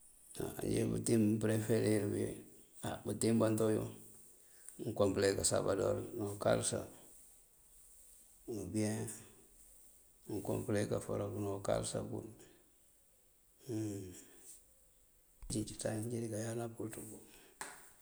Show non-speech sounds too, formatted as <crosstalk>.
<hesitation> Bëëntíim máapëreferir bí, á bëëntíim bantoyíbun unkoompële: káasambodor ní ukáalësa. Ubiyen unkoompële: kaforak ní ukáalësa <hesitation> uncíinjí ţañ injíiríkayand kël ţëko. <noise>